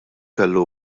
kellu